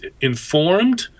informed